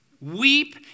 weep